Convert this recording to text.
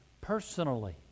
personally